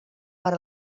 per